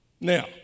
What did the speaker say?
Now